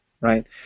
Right